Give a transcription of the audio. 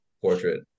portrait